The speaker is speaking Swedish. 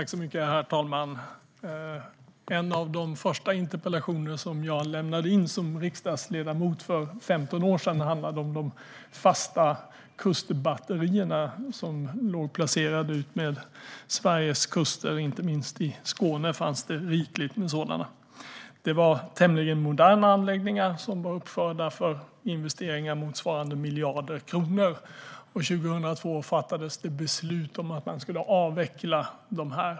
Herr talman! En av de första interpellationer som jag lämnade in som riksdagsledamot för 15 år sedan handlade om de fasta kustbatterierna som var placerade utmed Sveriges kuster. Inte minst i Skåne fanns det rikligt med sådana. Det var tämligen moderna anläggningar som var uppförda för investeringar motsvarande miljarder kronor. År 2002 fattades det beslut om att avveckla dem.